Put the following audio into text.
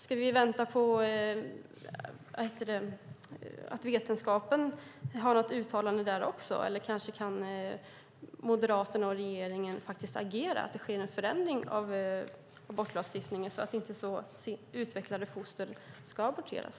Ska vi vänta på att vetenskapen har något uttalande där också, eller kan kanske Moderaterna och regeringen faktiskt agera så att det sker en förändring av abortlagstiftningen så att inte så utvecklade foster ska aborteras?